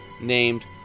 named